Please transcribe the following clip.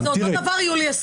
זה אותו דבר יולי 2021